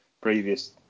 previous